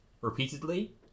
repeatedly